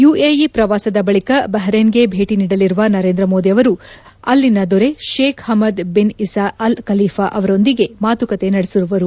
UAE ಪ್ರವಾಸದ ಬಳಿಕ ಬಹರೇನ್ಗೆ ಭೇಟಿ ನೀಡಲಿರುವ ನರೇಂದ್ರ ಮೋದಿ ಅವರು ಅಲ್ಲಿನ ದೊರೆ Sheikh Hamad bin Isa Al Khalifa ಅವರೊಂದಿಗೆ ಮಾತುಕತೆ ನಡೆಸುವರು